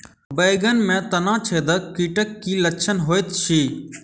बैंगन मे तना छेदक कीटक की लक्षण होइत अछि?